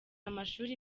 amashuri